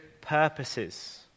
purposes